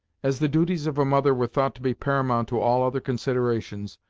as the duties of a mother were thought to be paramount to all other considerations,